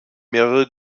mehrere